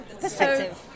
perspective